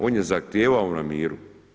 On je zahtijevao na miru.